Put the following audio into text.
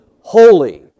holy